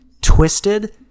twisted